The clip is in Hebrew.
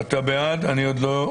מי נגד?